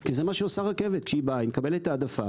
כי זה מה שעושה רכבת כשהיא באה, היא מקבלת העדפה,